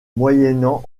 moyennant